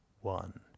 one